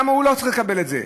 למה הוא לא צריך לקבל את זה?